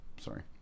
sorry